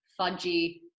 fudgy